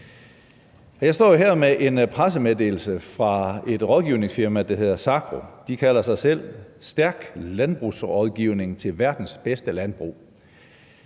Jeg står her med en pressemeddelelse fra et rådgivningsfirma, der hedder SAGRO. De skriver om sig selv: Stærk landbrugsrådgivning til verdens bedste landbrug.